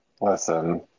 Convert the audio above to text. Listen